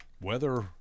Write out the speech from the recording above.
weather